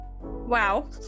Wow